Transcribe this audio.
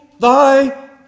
thy